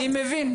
אני מבין.